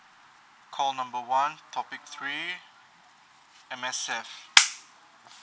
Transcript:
call number one topic three M_S_F